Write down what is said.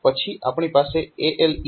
પછી આપણી પાસે ALE સિગ્નલ છે